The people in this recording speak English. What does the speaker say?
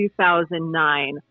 2009